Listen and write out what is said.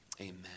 amen